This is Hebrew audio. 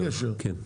כן.